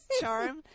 charm